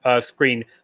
screen